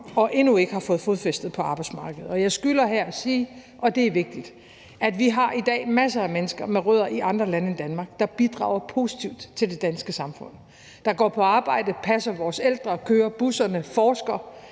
og endnu ikke har fået fodfæste på arbejdsmarkedet. Jeg skylder her at sige – og det er vigtigt – at vi i dag har masser af mennesker med rødder i andre lande end Danmark, der bidrager positivt til det danske samfund, der går på arbejde, passer vores ældre, kører busserne, forsker,